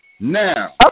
Now